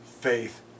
faith